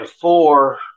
four